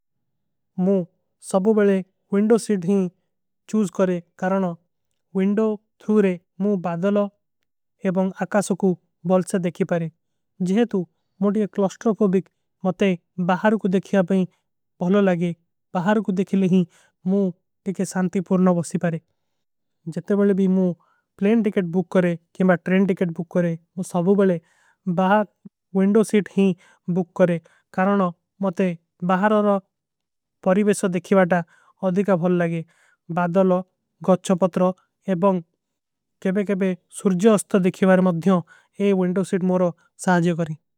ମୁଝେ ସବୋ ବଲେ ଵିଂଡୋ ସୀଟ ହୀ ଚୂଜ କରେ କରଣ ଵିଂଡୋ ଥୂରେ ମୁଝେ ବାଦଲୋ। ଏବଂଗ ଆକାସୋ କୋ ବଲସେ ଦେଖୀ ପାରେ ଜେହେ ତୂ ମୁଝେ ଏକ କ୍ଲସ୍ଟ୍ରୋ କୋ ଭୀ। ମତେ ବାହରୋ କୋ ଦେଖିଯା ଭୀ ବହଲୋ ଲାଗେ ବାହରୋ କୋ ଦେଖିଲେ ହୀ ମୁଝେ ଦେଖେ। ସାଂତୀ ପୂର୍ଣୋ ବସୀ ପାରେ ଜତେ ବଲେ ଭୀ ମୁଝେ ପ୍ଲେନ ଟିକେଟ ବୁକ କରେ କେମା ଟ୍ରେନ। ଟିକେଟ ବୁକ କରେ ମୁଝେ ସବୋ ବଲେ ବାହର ଵିଂଡୋ ସୀଟ ହୀ ବୁକ କରେ କରଣ। ମୁଝେ ବାହର ଔର ପରିଵେଶଵ ଦେଖିଵା ତା ଅଧିକା ଭଲ ଲାଗେ ବାଦଲୋ ଗୌଚୋ। ପତ୍ରୋ ଏବଂଗ କେଵେ କେଵେ ସୁର୍ଜଵସ୍ତ ଦେଖି ମଦ୍ଧିଯୋଂ ଯେ ଵିଂଡୋ ସୀଟ ମୋରୋ ସାଜେ କରେ।